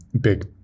big